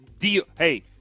Hey